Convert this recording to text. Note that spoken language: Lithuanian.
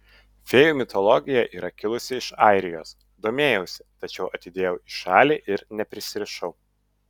fėjų mitologija yra kilusi iš airijos domėjausi tačiau atidėjau į šalį ir neprisirišau